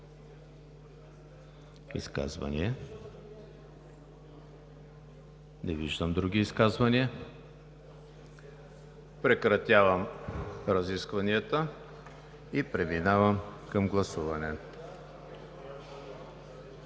Изказвания? Не виждам други изказвания. Прекратявам разискванията и преминаваме към гласуване.